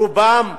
רובם,